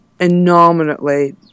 Enormously